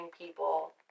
people